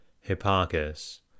Hipparchus